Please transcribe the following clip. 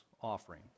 offering